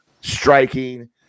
striking